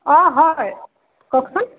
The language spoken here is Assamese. অঁ হয় কওকচোন